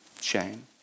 Shame